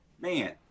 man